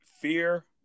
Fear